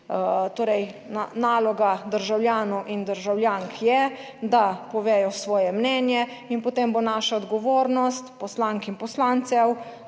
Torej naloga državljanov in državljank je, da povedo svoje mnenje in potem bo naša odgovornost poslank in poslancev,